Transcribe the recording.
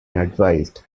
advised